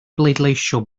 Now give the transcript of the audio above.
bleidleisio